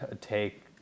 take